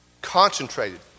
concentrated